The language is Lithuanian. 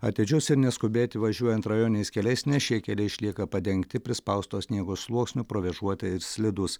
atidžius ir neskubėti važiuojant rajoniniais keliais nes šie keliai išlieka padengti prispausto sniego sluoksniu provėžuoti ir slidūs